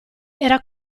era